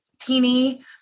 teeny